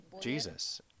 Jesus